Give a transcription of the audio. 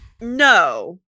No